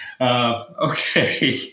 Okay